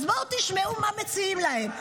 אז בואו תשמעו מה מציעים להם.